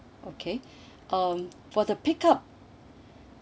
okay um for the pick up